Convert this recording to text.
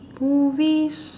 movies